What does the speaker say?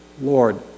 Lord